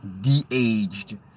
de-aged